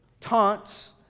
taunts